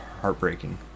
heartbreaking